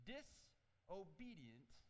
Disobedient